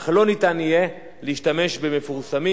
אך לא ניתן יהיה להשתמש במפורסמים,